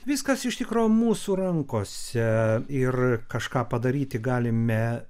viskas iš tikro mūsų rankose ir kažką padaryti galime